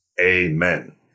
Amen